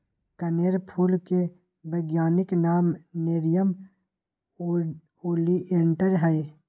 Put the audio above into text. कनेर फूल के वैज्ञानिक नाम नेरियम ओलिएंडर हई